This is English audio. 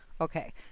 Okay